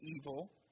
evil